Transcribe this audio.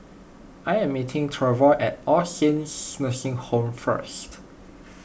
I am meeting Treyvon at All Saints Nursing Home first